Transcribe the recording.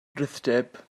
rhithdyb